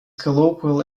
colloquial